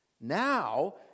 Now